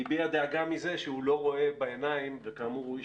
והוא הביע דאגה מזה שהוא לא רואה בעיניים וכאמור הוא איש